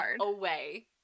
away